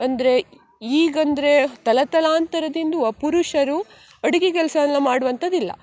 ಅಂದರೆ ಈಗಂದರೆ ತಲತಲಾಂತರದಿಂದೂ ಪುರುಷರು ಅಡ್ಗೆ ಕೆಲಸ ಎಲ್ಲ ಮಾಡುವಂಥದ್ದು ಇಲ್ಲ